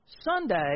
Sunday